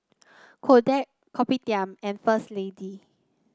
Kodak Kopitiam and First Lady